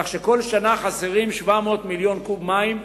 כך שבכל שנה חסרים 700 מיליון קוב מים,